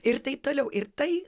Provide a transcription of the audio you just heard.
ir taip toliau ir tai